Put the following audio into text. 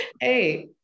Hey